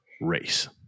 race